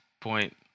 point